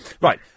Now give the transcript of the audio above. Right